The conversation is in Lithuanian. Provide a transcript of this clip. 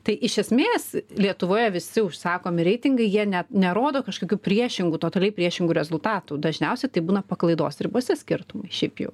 tai iš esmės lietuvoje visi užsakomi reitingai jie net nerodo kažkokių priešingų totaliai priešingų rezultatų dažniausiai tai būna paklaidos ribose skirtumai šiaip jau